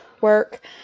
work